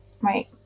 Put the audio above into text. Right